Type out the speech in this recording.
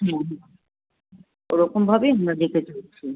হুম হুম ওরকম ভাবেই যেতে চাইছি